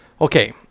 Okay